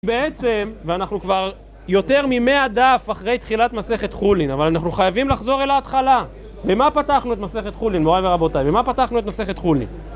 בעצם, ואנחנו כבר יותר מ-100 דף אחרי תחילת מסכת חולין אבל אנחנו חייבים לחזור אל ההתחלה. במה פתחנו את מסכת חולין, מוריי ורבותיי? במה פתחנו את מסכת חולין?